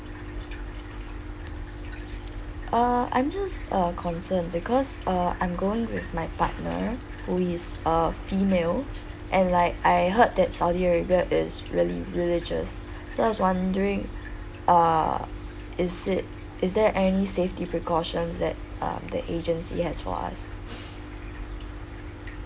uh I'm just uh concern because uh I'm going with my partner who is uh female and like I heard that saudi arabia is really religious so I was wondering err is it is there safety precautions that um the agency has for us